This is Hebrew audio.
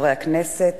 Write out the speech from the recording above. חברי הכנסת,